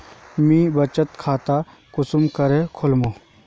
मुई बचत खता कुंसम करे खोलुम?